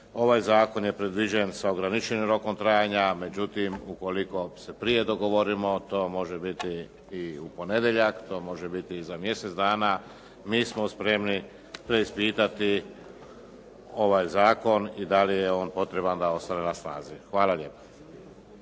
Ovaj zakon je predviđen sa ograničenim rokom trajanja. Međutim, ukoliko se prije dogovorimo to može biti i u ponedjeljak, to može biti i za mjesec dana. Mi smo spremni preispitati ovaj zakon i da li je on potreban da ostane na snazi. Hvala lijepa.